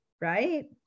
Right